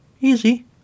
easy